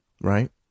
right